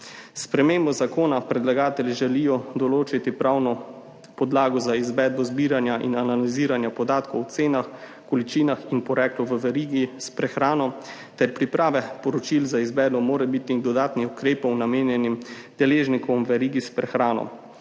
spremembo zakona predlagatelji želijo določiti pravno podlago za izvedbo zbiranja in analiziranja podatkov o cenah, količinah in poreklu v verigi s prehrano ter priprave poročil za izvedbo morebitnih dodatnih ukrepov namenjenim deležnikom v verigi s prehrano.